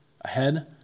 ahead